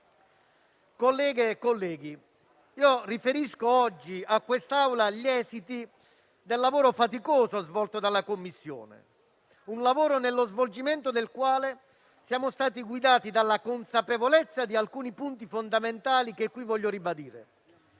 Colleghe e colleghi, riferisco oggi a questa Assemblea gli esiti del lavoro faticoso svolto dalla Commissione, nello svolgimento del quale siamo stati guidati dalla consapevolezza di alcuni punti fondamentali che qui voglio ribadire: